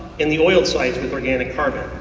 in the oiled sites with organic carbon,